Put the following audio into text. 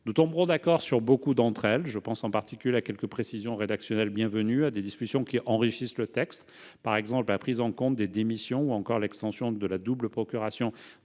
Nous tomberons d'accord sur beaucoup d'entre elles- je pense en particulier à quelques précisions rédactionnelles bienvenues et à des dispositions qui enrichissent le texte, par exemple la prise en compte des démissions, ou encore l'extension de la « double procuration »